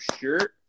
shirt